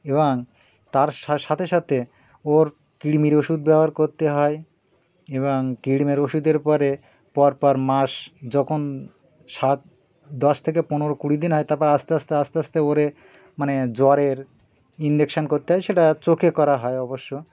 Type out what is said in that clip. এবং তার সা সাথে সাথে ওর কৃমির ওষুধ ব্যবহার করতে হয় এবং কৃমির ওষুধের পরে পরপর মাস যখন সাত দশ থেকে পনেরো কুড়ি দিন হয় তারপর আস্তে আস্তে আস্তে আস্তে ওকে মানে জ্বরের ইঞ্জেকশন করতে হয় সেটা চোখে করা হয় অবশ্য